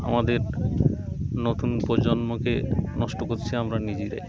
আমাদের নতুন প্রজন্মকে নষ্ট করছি আমরা নিজেরাই